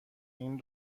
این